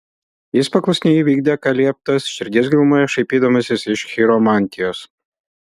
jis paklusniai įvykdė ką lieptas širdies gilumoje šaipydamasis iš chiromantijos